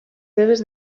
seves